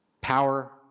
power